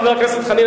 חבר הכנסת חנין,